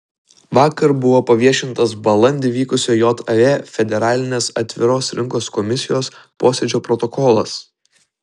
vakar buvo paviešintas balandį vykusio jav federalinės atviros rinkos komisijos posėdžio protokolas